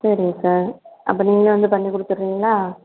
சரிங்க சார் அப்போ நீங்களே வந்து பண்ணி கொடுத்தறிங்களா